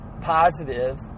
positive